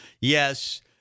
Yes